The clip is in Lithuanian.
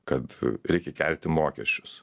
kad reikia kelti mokesčius